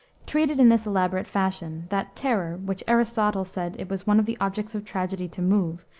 treated in this elaborate fashion, that terror, which aristotle said it was one of the objects of tragedy to move,